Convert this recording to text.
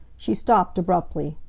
she stopped, abruptly.